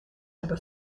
hebben